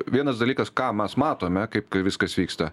vienas dalykas ką mes matome kaip kai viskas vyksta